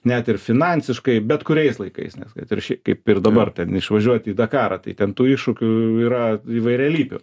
net ir finansiškai bet kuriais laikais nes kad ir ši kaip ir dabar ten išvažiuoti į dakarą tai ten tų iššūkių yra įvairialypių